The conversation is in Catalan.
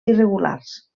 irregulars